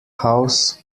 house